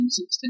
16